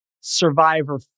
Survivor